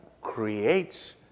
creates